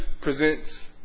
presents